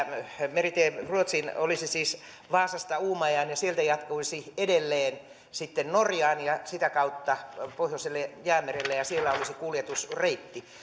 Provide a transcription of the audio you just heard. meritie ruotsiin kulkisi siis vaasasta uumajaan ja sieltä se jatkuisi edelleen norjaan ja sitä kautta pohjoiselle jäämerelle ja siellä olisi kuljetusreitti